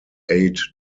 aid